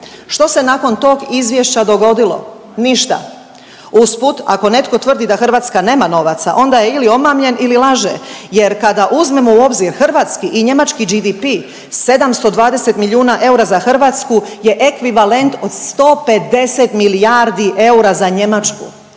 Što se nakon tog izvješća dogodilo? Ništa. Usput, ako netko tvrdi da Hrvatska nema novaca onda ili je omamljen ili laže jer kada uzmemo u obzir hrvatski i njemački GDPR 720 milijuna eura za Hrvatsku je ekvivalent od 150 milijardi eura za Njemačku.